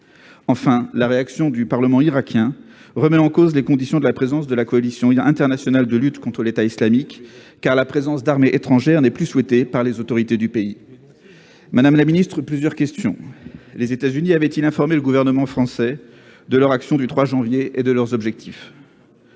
Enfin, la réaction du Parlement irakien remet en cause les conditions de la présence de la coalition internationale de lutte contre l'État islamique, car la présence d'armées étrangères n'est plus souhaitée par les autorités du pays. Madame la secrétaire d'État, permettez-moi de vous poser plusieurs questions à ce sujet. Les États-Unis avaient-ils informé le gouvernement français de leur action du 3 janvier et de leurs objectifs ?